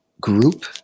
Group